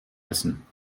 essen